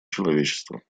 человечества